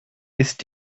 ist